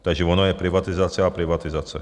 Takže ona je privatizace a privatizace.